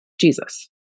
Jesus